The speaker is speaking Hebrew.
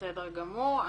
בסדר גמור.